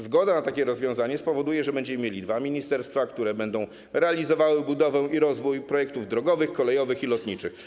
Zgoda na takie rozwiązanie spowoduje, że będziemy mieli dwa ministerstwa, które będą realizowały budowę i rozwój projektów drogowych, kolejowych i lotniczych.